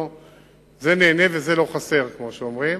זה נהנה וזה לא חסר, כמו שאומרים,